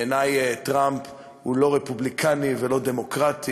בעיני טראמפ הוא לא רפובליקני ולא דמוקרטי,